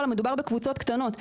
מדובר בקבוצות קטנות.